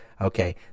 Okay